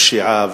פשיעה,